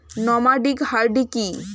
Nomadic hardy কি?